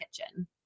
kitchen